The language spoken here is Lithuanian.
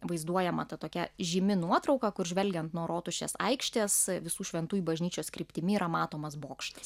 vaizduojama ta tokia žymi nuotrauka kur žvelgiant nuo rotušės aikštės visų šventųjų bažnyčios kryptimi yra matomas bokštas